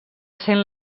sent